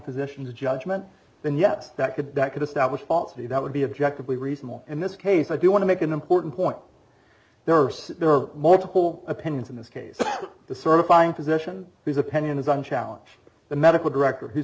positions judgment then yes that could that could establish balti that would be objectively reasonable in this case i do want to make an important point there are there are multiple opinions in this case the certifying position whose opinion is on challenge the medical director whose